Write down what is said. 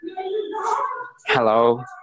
Hello